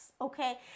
Okay